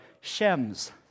Shem's